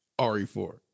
RE4